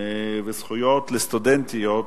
(חובת ענידת תגים והזדהות),